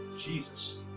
Jesus